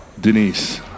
Denise